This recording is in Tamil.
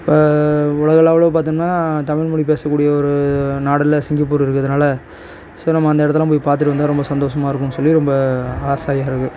உலக லெவலில் பார்த்தோம்னா தமிழ் மொழி பேசக்கூடிய ஒரு நாட்டில் சிங்கப்பூர் இருக்குறதுனால ஸோ நம்ம அந்த இடத்தலாம் போய் பார்த்துட்டு வந்தால் ரொம்ப சந்தோஷமாருக்கும் சொல்லி ரொம்ப ஆசைகள்